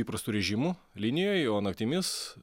įprastu režimu linijoj o naktimis